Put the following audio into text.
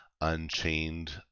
Unchained